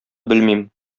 белмим